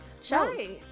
shows